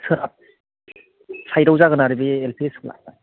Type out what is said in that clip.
सोनाब साइद आव जागोन आरो बे एल पि स्कुल आ